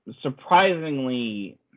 surprisingly